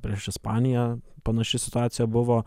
prieš ispaniją panaši situacija buvo